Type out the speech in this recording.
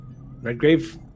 Redgrave